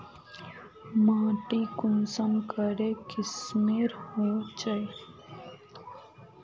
माटी कुंसम करे किस्मेर होचए?